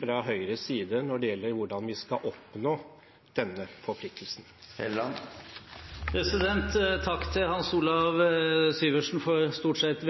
fra Høyres side når det gjelder hvordan vi skal oppnå denne forpliktelsen. Takk til Hans Olav Syversen for stort sett